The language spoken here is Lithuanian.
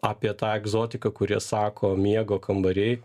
apie tą egzotiką kurie sako miego kambariai